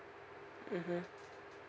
mmhmm